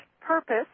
purpose